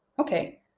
Okay